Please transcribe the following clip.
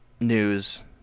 news